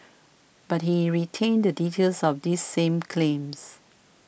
but he retained the details of these same claims